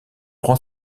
prend